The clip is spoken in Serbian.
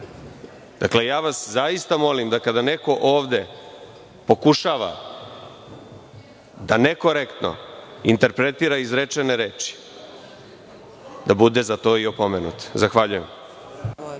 zaista vas molim da kada neko ovde pokušava da nekorektno interpretira izrečene reči, da bude za to i opomenut. Zahvaljujem.